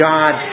God